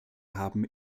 haben